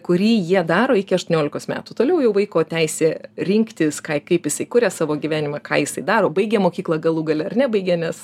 kurį jie daro iki aštuoniolikos metų toliau jau vaiko teisė rinktis ką kaip jisai kuria savo gyvenimą ką jisai daro baigia mokyklą galų gale ar nebaigia nes